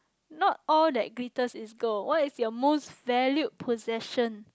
not all that glitters is gold what is your most valued possession